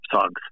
songs